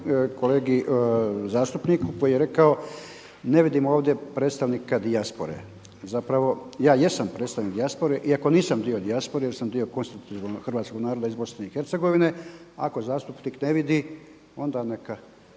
kolegi zastupniku koji je rekao ne vidim ovdje predstavnika dijaspore. Zapravo ja jesam predstavnik dijaspore iako nisam dio dijaspore, jer sam dio konstitutivnog Hrvatskog naroda iz BiH. Ako zastupnik ne vidi, onda neka